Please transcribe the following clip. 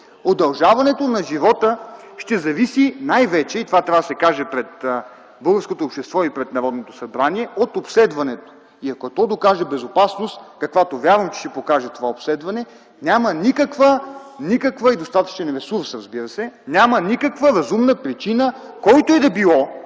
удължаването на живота ще зависи най-вече от обследването и това трябва да се каже пред българското общество и пред Народното събрание. Ако то докаже безопасност, каквато вярвам, че ще докаже това обследване, и достатъчен ресурс, разбира се, няма никаква разумна причина, който и да било